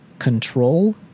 Control